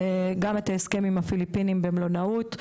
גם את ההסכם עם הפיליפינים במלונאות.